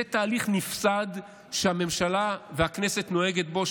זה תהליך נפסד שהממשלה והכנסת נוהגות בו,